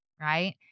right